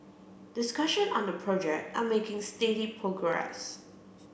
discussion on the project are making steady progress